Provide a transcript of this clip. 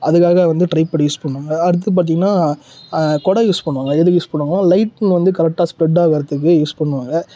அதுக்காக வந்து tripod use பண்ணுவாங்க அடுத்து பார்த்திங்கன்னா கொடை யூஸ் பண்ணுவாங்க அது எதுக்கு யூஸ் பண்ணுவாங்கனால் லைட் வந்து கரெக்டாக ஸ்ப்ரெட்டாகிறதுக்கு யூஸ் பண்ணுவாங்க